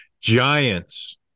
GIANTS